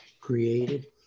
created